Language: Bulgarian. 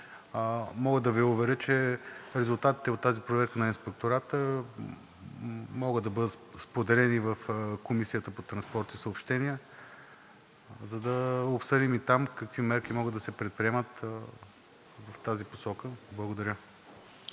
Мога да Ви уверя, че резултатите от проверката на Инспектората могат да бъдат споделени в Комисията по транспорт и съобщения, за да обсъдим и там какви мерки могат да се предприемат в тази посока. Благодаря.